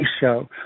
show